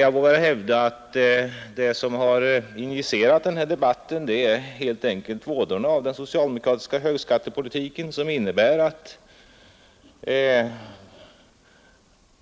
Jag vågar hävda att vad som har initierat debatten är helt enkelt vådorna av den socialdemokratiska högskattepolitiken som innebär att